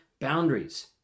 boundaries